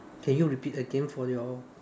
can you repeat again for your